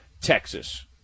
Texas